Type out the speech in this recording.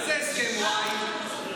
מה זה הסכם וואי?